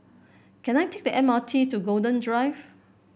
can I take the M R T to Golden Drive